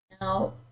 Now